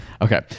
Okay